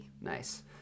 Nice